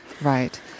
right